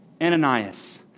Ananias